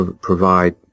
provide